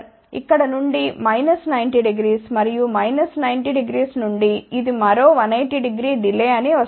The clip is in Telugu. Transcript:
ఇక్కడ నుండి 900 మరియు 900 నుండి ఇది మరో 1800 డిలే అనివస్తుంది